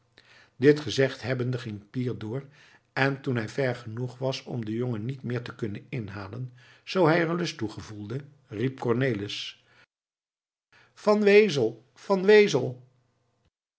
dit gezegd hebbende ging pier door en toen hij ver genoeg was om den jongen niet meer te kunnen inhalen zoo hij er lust toe gevoelde riep cornelis van wezel van wezel